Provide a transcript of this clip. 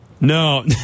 No